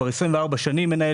מזה כ-24 שנים.